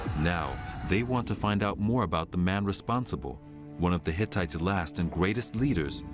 now they want to find out more about the man responsible one of the hittite's last and greatest leaders,